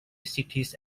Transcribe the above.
cities